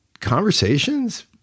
conversations